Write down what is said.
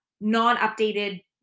non-updated